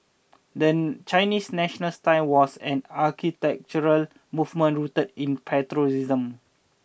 the Chinese national style was an architectural movement rooted in patriotism